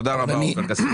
תודה רבה עופר כסיף.